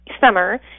summer